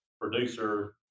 producer